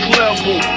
level